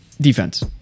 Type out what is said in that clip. defense